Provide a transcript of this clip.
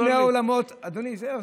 איפה, אני הייתי בשני העולמות, אדוני, זהו.